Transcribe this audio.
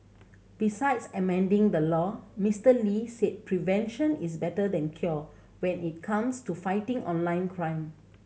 besides amending the law Mister Lee said prevention is better than cure when it comes to fighting online crime